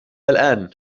الآن